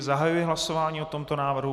Zahajuji hlasování o tomto návrhu.